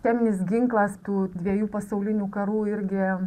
cheminis ginklas tų dviejų pasaulinių karų irgi